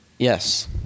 Yes